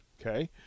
Okay